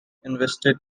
invested